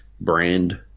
brand